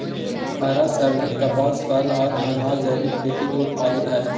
हरा सब्जी, कपास, फल, आर अनाज़ जैविक खेती के उत्पाद हय